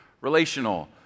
Relational